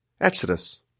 Exodus